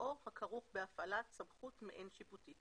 או הכרוך בהפעלת סמכות מעין שיפוטית".